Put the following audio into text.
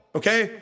okay